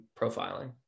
profiling